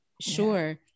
Sure